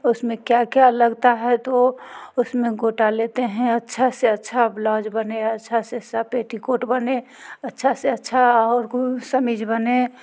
उसमें क्या क्या लगता है तो उसमें गोटा लेते हैं अच्छा से अच्छा ब्लाउज बने अच्छा से अच्छा पेटिकोट बने अच्छा से अच्छा और क़मीस बने